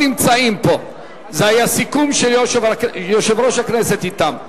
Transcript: נמצאים פה, זה היה סיכום של יושב-ראש הכנסת אתם.